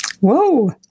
Whoa